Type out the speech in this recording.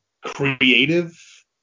creative